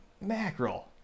mackerel